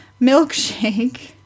Milkshake